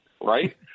right